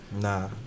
Nah